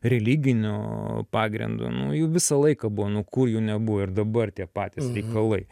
religinių pagrindu nu jų visą laiką buvo nu kur jų nebuvo ir dabar tie patys reikalai